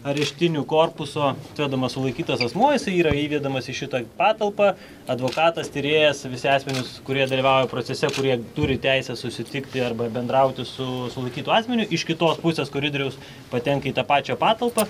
areštinių korpuso atvedamas sulaikytas asmuo jisai yra įvedamas į šitą patalpą advokatas tyrėjas visi asmenys kurie dalyvauja procese kurie turi teisę susitikti arba bendrauti su sulaikytu asmeniu iš kitos pusės koridoriaus patenka į tą pačią patalpą